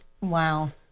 Wow